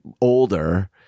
older